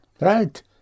Right